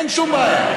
אין שום בעיה.